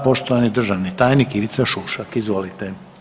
Poštovani državni tajnik Ivica Šušak, izvolite.